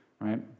right